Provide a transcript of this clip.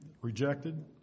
rejected